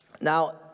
Now